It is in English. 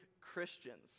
Christians